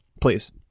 please